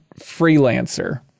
freelancer